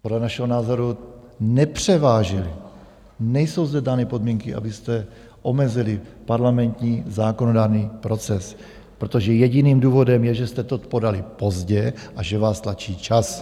Podle našeho názoru nepřevážily, nejsou zde dány podmínky, abyste omezili parlamentní zákonodárný proces, protože jediným důvodem je, že jste to podali pozdě a že vás tlačí čas.